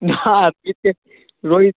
না কিপ্টে রোহিত